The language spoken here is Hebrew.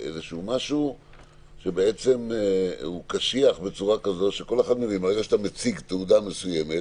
משהו שהוא קשיח בצורה כזאת שכל אחד מבין שברגע שאתה מציג תעודה מסוימת,